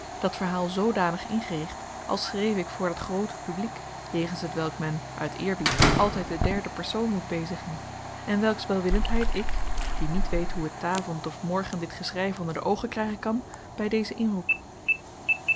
dat verhaal zoodanig ingericht als schreef ik voor dat groote publiek jegens hetwelk men uit eerbied altijd de derde persoon moet bezigen en welks welwillendheid ik die niet weet hoe het t avond of morgen dit geschrijf onder de oogen krijgen kan bij dezen inroep